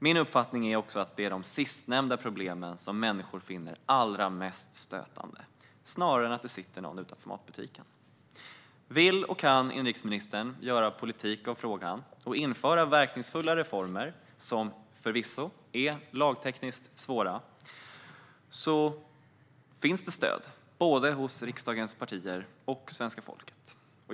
Min uppfattning är att det är de sistnämnda problemen som människor finner allra mest stötande - snarare än att det sitter någon utanför matbutiken. Vill och kan inrikesministern göra politik av frågan och införa verkningsfulla reformer - som förvisso är lagtekniskt svåra - finns stöd både hos riksdagens partier och hos svenska folket.